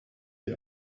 die